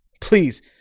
Please